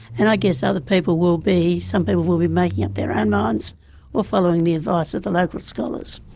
and i guess other people will be, some people will be making up their own minds or following the advice of the local scholars.